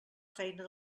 feina